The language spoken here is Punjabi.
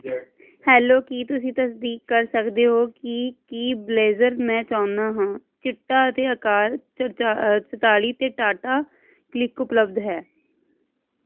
ਹੈਲੋ ਕੀ ਤੁਸੀਂ ਤਸਦੀਕ ਕਰ ਸਕਦੇ ਹੋ ਕਿ ਕੀ ਬਲੇਜ਼ਰ ਮੈਂ ਚਾਹੁੰਦਾ ਹਾਂ ਚਿੱਟਾ ਅਤੇ ਆਕਾਰ ਚੜਚਾ ਚੁਤਾਲੀ 'ਤੇ ਟਾਟਾ ਕਲਿਕ ਉਪਲਬਧ ਹੈ